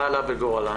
מה עלה בגורלן?